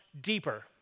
deeper